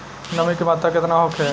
नमी के मात्रा केतना होखे?